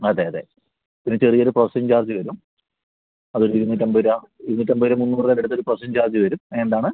അതെ അതെ ഒരു ചെറിയൊരു പ്രോസസ്സിംഗ് ചാർജ് വരും അതൊരു ഇരുന്നൂറ്റമ്പത് രൂപ ഇരുന്നൂറ്റമ്പത് രൂപ മുന്നൂറ് രൂപേൻ്റെ അടുത്തൊരു പ്രോസസ്സിംഗ് ചാർജ് വരും ഏഹ് എന്താണ്